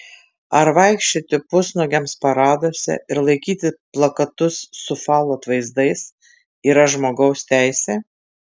ar vaikščioti pusnuogiams paraduose ir laikyti plakatus su falo atvaizdais yra žmogaus teisė